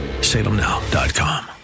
salemnow.com